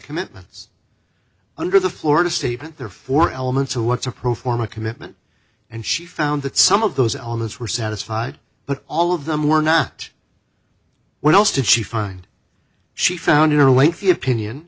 commitments under the florida statement therefore elements of what's a pro forma commitment and she found that some of those elements were satisfied but all of them were not what else did she find she found in her late the opinion